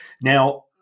Now